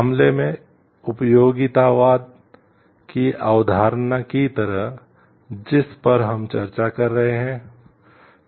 मामले में उपयोगितावाद की अवधारणा की तरह जिस पर हम चर्चा कर रहे थे